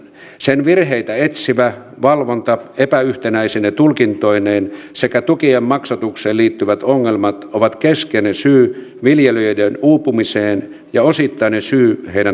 sen virheitä etsivä valvonta epäyhtenäisine tulkintoineen sekä tukien maksatukseen liittyvät ongelmat ovat keskeinen syy viljelijöiden uupumiseen ja osittainen syy heidän talousongelmiinsa